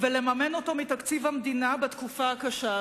ולממן אותו מתקציב המדינה בתקופה הקשה הזאת,